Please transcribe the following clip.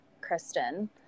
Kristen